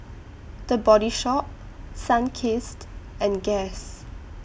The Body Shop Sunkist and Guess